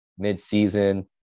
midseason